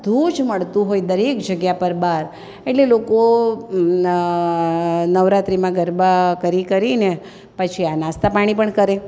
ધુ જ મળતું હોય દરેક જગ્યા પર બહાર એટલે લોકો નવરાત્રિમાં ગરબા કરી કરીને પછી આ નાસ્તા પાણી પણ કરે